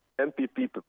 MPP